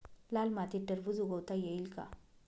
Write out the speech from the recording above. लाल मातीत टरबूज उगवता येईल का?